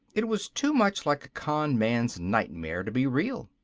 it was too much like con man's nightmare to be real.